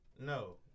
No